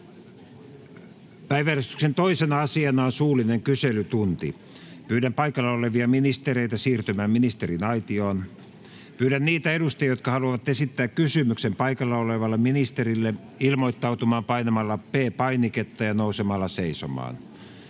Päiväjärjestyksen 2. asiana on suullinen kyselytunti. Pyydän paikalla olevia ministereitä siirtymään ministeriaitioon. Pyydän niitä edustajia, jotka haluavat esittää kysymyksen paikalla olevalle ministerille, ilmoittautumaan painamalla P-painiketta ja nousemalla seisomaan.